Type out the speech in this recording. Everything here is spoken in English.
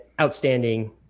outstanding